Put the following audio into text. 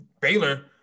Baylor